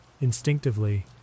Instinctively